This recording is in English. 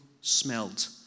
smelt